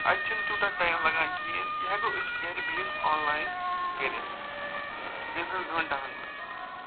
اَتہِ چھُنہٕ تیٛوٗتاہ ٹایِم لگان کِہیٖنٛۍ یہِ ہٮ۪کو أسۍ گَرِ بِہتھ آن لایَن کٔرِتھ کیٚنٛژن گنٛٹن منٛز